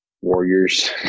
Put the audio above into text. warriors